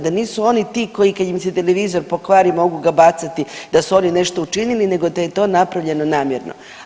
Da nisu oni ti koji kada im se televizor pokvari mogu ga bacati, da su oni nešto učinili, nego da je to napravljeno namjerno.